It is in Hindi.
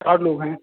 चार लोग हैं